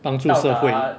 帮助社会